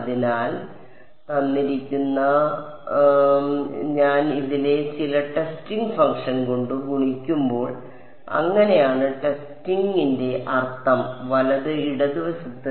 അതിനാൽ ഞാൻ ഇതിനെ ചില ടെസ്റ്റിംഗ് ഫംഗ്ഷൻ കൊണ്ട് ഗുണിക്കുമ്പോൾ അങ്ങനെയാണ് ടെസ്റ്റിംഗിന്റെ അർത്ഥം വലത് ഇടതുവശത്ത്